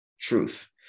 truth